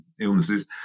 illnesses